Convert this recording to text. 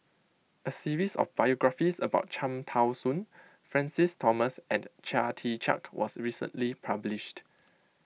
a series of biographies about Cham Tao Soon Francis Thomas and Chia Tee Chiak was recently published